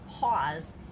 pause